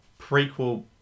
prequel